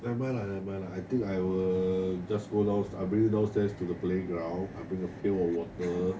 never mind lah never mind lah I think I will just go down I bring you downstairs to the playground I bring a pail water